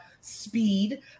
speed